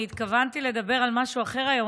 אני התכוונתי לדבר על משהו אחר היום,